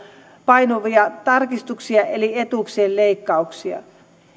painuvia tarkistuksia eli etuuksien leikkauksia